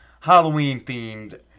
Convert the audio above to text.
Halloween-themed